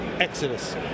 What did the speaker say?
Exodus